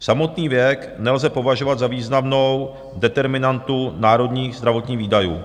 Samotný věk nelze považovat za významnou determinantu národních zdravotních výdajů.